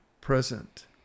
present